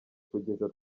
kugeza